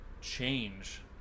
change